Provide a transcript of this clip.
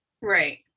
Right